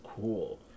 cool